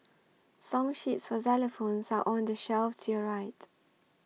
song sheets for xylophones are on the shelf to your right